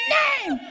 name